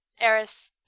Eris